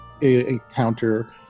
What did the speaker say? encounter